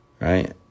Right